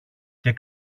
και